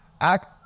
act